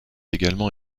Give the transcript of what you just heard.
également